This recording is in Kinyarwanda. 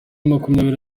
makumyabiri